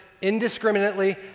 indiscriminately